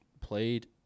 played –